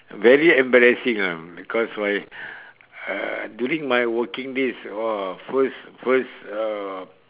very embarrassing ah because why uh during my working days !wah! first first uh